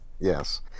Yes